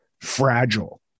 fragile